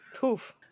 Poof